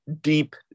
deep